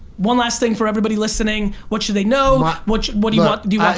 one last thing for everybody listening. what should they know, what what do you want? do